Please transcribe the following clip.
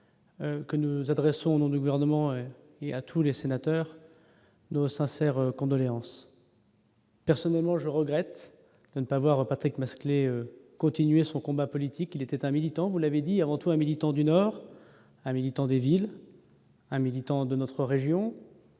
nous nous adressons au nom du gouvernement et à tous les sénateurs nos sincères condoléances. Personnellement, je regrette de ne pas voir Patrick Masclet continuer son combat politique, il était un militant, vous l'avez dit avant tout un militant du Nord, un militant des villes, un militant de notre région,